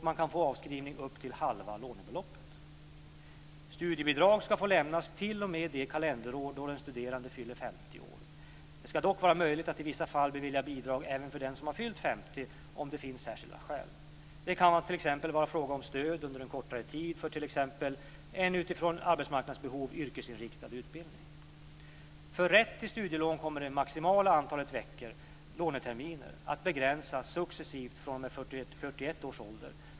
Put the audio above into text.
Man kan få avskrivning med upp till halva lånebeloppet. Studiebidrag ska få lämnas t.o.m. det kalenderår då den studerande fyller 50 år. Det ska dock vara möjligt att i vissa fall bevilja bidrag även för den som fyllt 50 år om det finns särskilda skäl. Det kan t.ex. vara fråga om stöd under en kortare tid för en utifrån arbetsmarknadsbehov yrkesinriktad utbildning. För rätt till studielån kommer det maximala antalet veckor, låneterminer, att begränsas successivt fr.o.m. 41 års ålder.